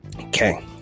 Okay